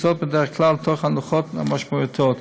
בדרך כלל בהנחות משמעותיות.